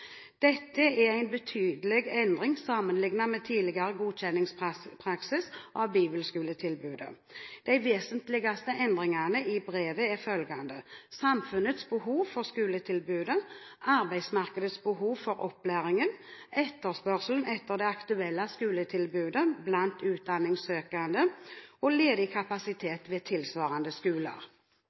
Dette er en betydelig endring sammenlignet med tidligere godkjenningspraksis av bibelskoletilbudet. De vesentligste endringene i brevet er følgende: samfunnets behov for skoletilbudet arbeidsmarkedets behov for opplæringen etterspørselen etter det aktuelle skoletilbudet blant utdanningssøkende ledig kapasitet ved tilsvarende skoler